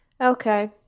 Okay